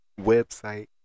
website